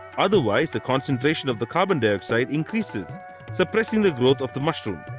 otherwise the concentration of the carbon dioxide increases suppressing the growth of the mushroom.